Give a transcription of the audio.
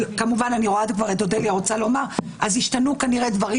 אני רואה את אודליה רוצה לומר דברים אז השתנו דברים